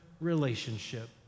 relationship